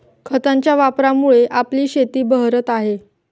खतांच्या वापरामुळे आपली शेतं बहरत आहेत